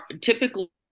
typically